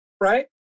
right